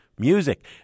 music